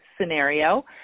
scenario